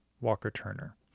Walker-Turner